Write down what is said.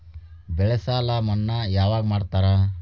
ಬೆಳೆ ಸಾಲ ಮನ್ನಾ ಯಾವಾಗ್ ಮಾಡ್ತಾರಾ?